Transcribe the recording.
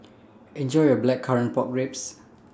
Enjoy your Blackcurrant Pork Ribs